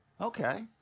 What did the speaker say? Okay